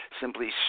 simply